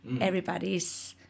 everybody's